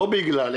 לא בגלל,